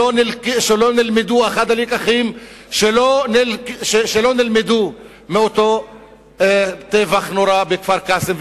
אחד הלקחים שלא נלמדו מאותו טבח נורא בכפר-קאסם,